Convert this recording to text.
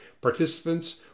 participants